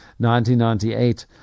1998